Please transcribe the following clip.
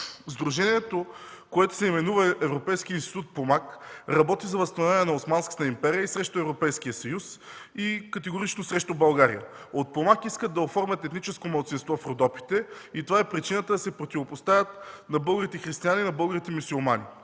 Сдружението, което се именува Европейски институт „Помак”, работи за възстановяване на Османската империя и срещу Европейския съюз, и категорично срещу България. От „Помак” искат да оформят етническо малцинство в Родопите и това е причината да се противопоставят българите християни на българите мюсюлмани.